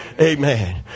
Amen